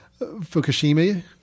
Fukushima